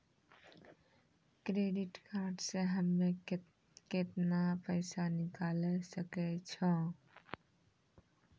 Credit card से हम्मे केतना पैसा निकाले सकै छौ?